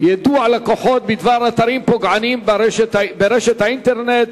יידוע לקוחות בדבר אתרים פוגעניים ברשת האינטרנט